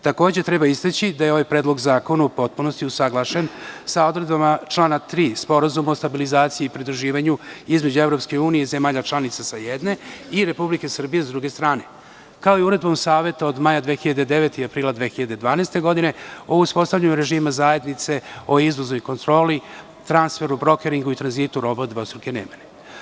Takođe, treba istaći da je ovaj predlog zakona u potpunosti usaglašen sa odredbama člana 3. Sporazuma o stabilizaciji i pridruživanju između EU i zemalja članica, sa jedne strane, i Republike Srbije, sa druge strane, kao i Uredbom Saveta od maja 2009. i aprila 2012. godine o uspostavljanju režima zajednice o izvozu i kontroli, transferu, brokeringu i tranzitu roba dvostruke namene.